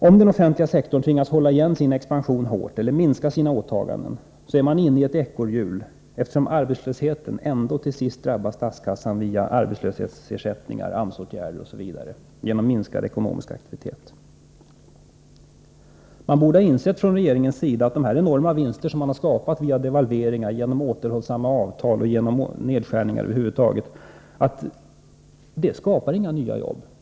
Om den offentliga sektorn tvingas hålla igen sin expansion hårt eller minska sina åtaganden är man inne i ett ekorrhjul, eftersom arbetslösheten ändå till sist drabbar statskassan via arbetslöshetsersättningar, AMS-åtgärder och genom minskad ekonomisk aktivitet. Regeringen borde ha insett att de enorma vinster som har skapats genom devalveringar, återhållsamma avtal och nedskärningar över huvud taget inte ger några nya arbeten.